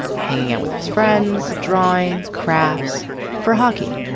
hanging out with his friends, drawing crafts for hockey.